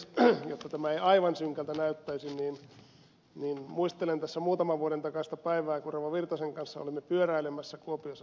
jotta tämä ei aivan synkältä näyttäisi niin muistelen tässä muutaman vuoden takaista päivää kun rouva virtasen kanssa olimme pyöräilemässä kuopiossa särkilahdessa